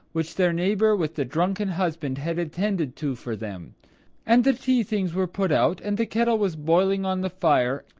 which their neighbour with the drunken husband had attended to for them and the tea-things were put out, and the kettle was boiling on the fire.